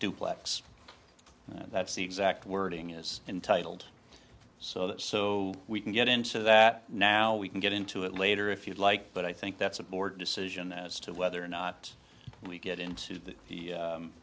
duplex and that's the exact wording is entitled so that so we can get into that now we can get into it later if you'd like but i think that's a board decision as to whether or not we get into the